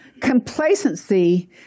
complacency